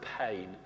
pain